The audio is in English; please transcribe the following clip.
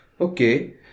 Okay